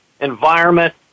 Environment